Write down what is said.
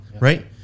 Right